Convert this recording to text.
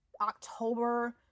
October